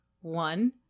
One